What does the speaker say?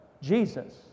Jesus